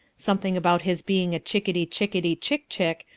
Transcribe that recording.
something about his being a chickety chickety chick chick,